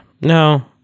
No